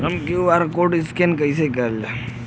हम QR code scan कइसे करब?